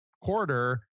quarter